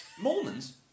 Mormons